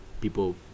people